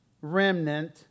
remnant